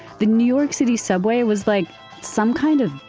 the new york city subway was like some kind of,